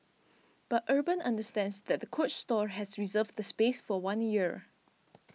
but Urban understands that the Coach store has reserved the space for one year